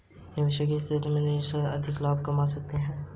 निवेश की स्थिति का निरीक्षण करते रहने से हम अधिक लाभ कमा सकते हैं